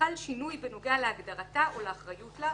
חל שינוי בנוגע להגדרתה או לאחריות לה,